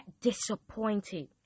disappointed